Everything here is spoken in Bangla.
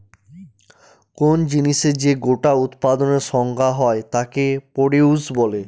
কোন জিনিসের যে গোটা উৎপাদনের সংখ্যা হয় তাকে প্রডিউস বলে